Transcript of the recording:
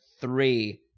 Three